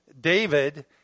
David